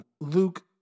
Luke